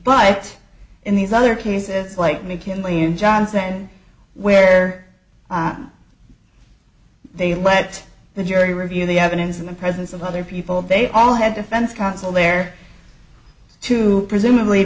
but in these other cases like me can win johnson where they let the jury review the evidence in the presence of other people they all had defense counsel there to presumably